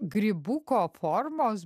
grybuko formos